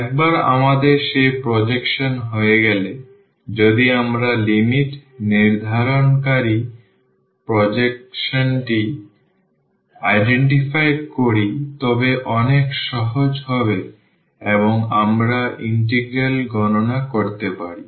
একবার আমাদের সেই প্রজেকশন হয়ে গেলে যদি আমরা লিমিট নির্ধারণকারী প্রজেকশনটি সনাক্ত করি তবে অনেক সহজ হবে এবং আমরা ইন্টিগ্রাল গণনা করতে পারি